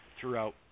throughout